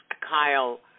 Kyle